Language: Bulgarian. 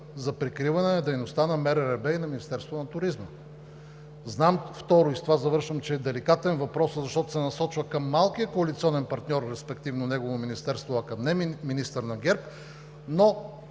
за прикриване на дейността на МРРБ и на Министерството на туризма. Второ, и с това завършвам, знам, че е деликатен въпросът, защото се насочва към малкия коалиционен партньор, респективно негово министерство, а не към министър на ГЕРБ, но,